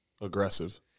Aggressive